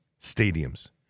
stadiums